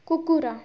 କୁକୁର